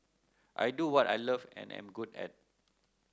I do what I love and am good at